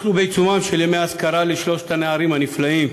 אנחנו בעיצומם של ימי אזכרה לשלושת הנערים הנפלאים,